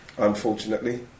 unfortunately